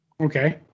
Okay